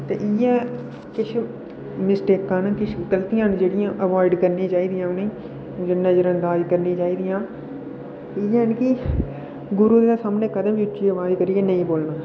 ते इ'यै किश मिस्टेकां ना किश गलतियां न जेहड़ियां अबाइड करनी चाहदियां इ'नें गी नजर अंदाज करनी चाहिदयां इयै ना कि गुरु सामने उच्ची आवाज करियै नेईं बोलना